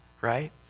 right